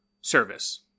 service